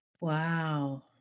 wow